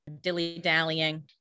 Dilly-dallying